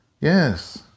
Yes